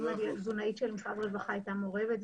אם התזונאית של משרד הרווחה הייתה מעורבת,